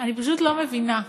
אני פשוט לא מבינה.